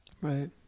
Right